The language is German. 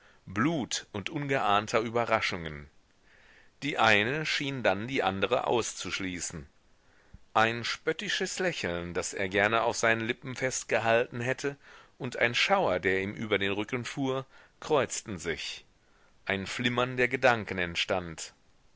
blut und ungeahnter überraschungen die eine schien dann die andere auszuschließen ein spöttisches lächeln das er gerne auf seinen lippen festgehalten hätte und ein schauer der ihm über den rücken fuhr kreuzten sich ein flimmern der gedanken entstand